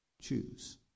choose